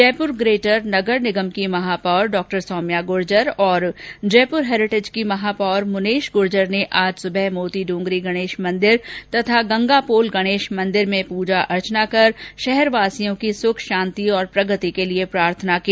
Jaipur greater नगर निगम की महापौर डॉ सौम्या गुर्जर तथा जयपुर हैरिटेज की महापौर मुनेश गुर्जर ने आज सुबह मोती डूंगरी गणेश मंदिर तथा गंगापोल गणेश मंदिर में पूजा अर्चना कर शहरवासियों की सुखा शांति और प्रगति के लिये प्रार्थना की